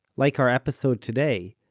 like our episode today,